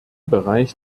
bereich